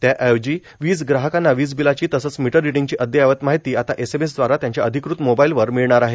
त्याऐवजी वीजग्राहकांना वीजबिलाची तसंच मीटर रिडींगची अद्ययावत माहिती आता एसएमएसद्वारा त्यांच्या अधिकृत मोबाईलवर मिळणार आहे